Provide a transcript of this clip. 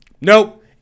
nope